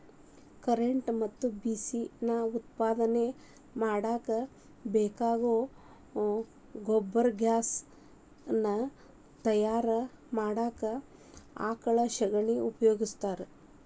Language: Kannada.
ಕರೆಂಟ್ ಮತ್ತ ಬಿಸಿ ನಾ ಉತ್ಪಾದನೆ ಮಾಡಾಕ ಬೇಕಾಗೋ ಗೊಬರ್ಗ್ಯಾಸ್ ನಾ ತಯಾರ ಮಾಡಾಕ ಆಕಳ ಶಗಣಿನಾ ಉಪಯೋಗಸ್ತಾರ